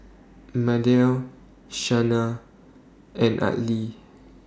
Mardell Shana and Arley